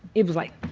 it was like.